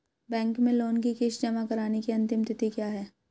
Bank में loan की किश्त जमा कराने की अंतिम तिथि क्या है?